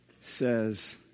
says